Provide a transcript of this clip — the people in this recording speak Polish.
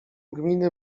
gminy